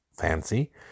fancy